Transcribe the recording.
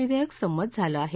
विधेयक संमत झालं आहे